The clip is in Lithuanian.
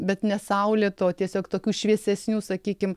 bet ne saulėta o tiesiog tokių šviesesnių sakykim